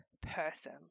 person